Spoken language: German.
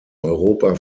europa